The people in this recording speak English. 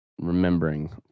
remembering